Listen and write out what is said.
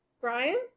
Brian